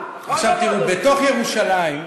בתוך ירושלים,